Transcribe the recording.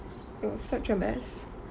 it was such a mess